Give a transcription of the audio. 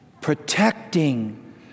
protecting